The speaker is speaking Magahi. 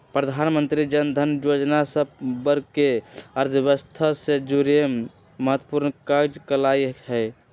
प्रधानमंत्री जनधन जोजना सभ वर्गके अर्थव्यवस्था से जुरेमें महत्वपूर्ण काज कल्कइ ह